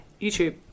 YouTube